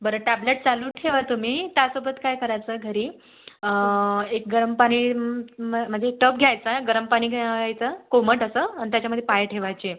बरं टॅब्लेट चालू ठेवा तुम्ही त्यासोबत काय करायचं घरी एक गरम पाणी म्हणजे टब घ्यायचा गरम पाणी घ्यायचं कोमट असं आणि त्याच्यामध्ये पाय ठेवायचे